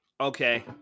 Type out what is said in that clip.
Okay